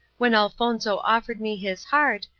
when elfonzo offered me his heart,